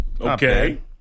Okay